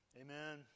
Amen